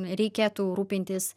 reikėtų rūpintis